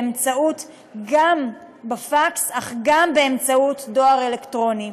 באמצעות פקס אך גם באמצעות דואר אלקטרוני.